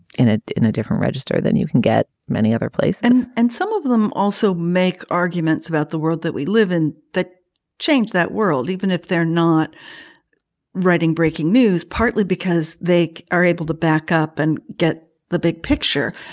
in it in a different register than you can get many other places and some of them also make arguments about the world that we live in. that changed that world, even if they're not writing breaking news, partly because they are able to back up and get the big picture.